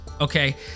okay